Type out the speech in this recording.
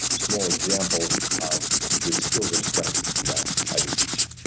small example of the skills of strength that i do teach.